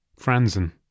Franzen